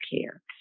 care